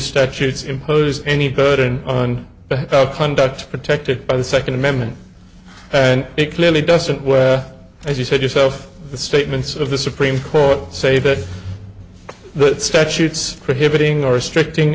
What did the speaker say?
statutes impose any burden on the conduct protected by the second amendment and it clearly doesn't where as you said yourself the statements of the supreme court say that the statutes prohibiting or restricting